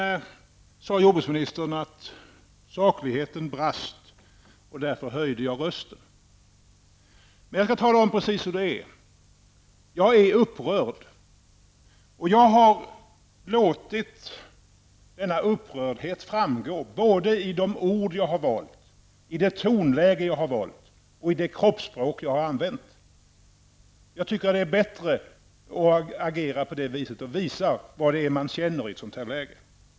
Jordbruksministern sade vidare att sakligheten brast, och därför höjde jag rösten. Jag skall tala om precis hur det är. Jag är upprörd och har låtit denna upprördhet framgå i de ord jag har valt, i det tonläge jag har valt och i det kroppsspråk jag har använt. Jag tycker att det är bättre att agera på det viset och visa vad det är man känner i ett sådant här läge.